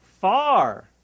far